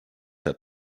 that